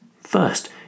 First